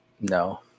no